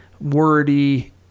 wordy